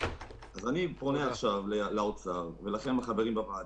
אני פונה לאוצר ולכם החברים בוועדה,